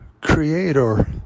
Creator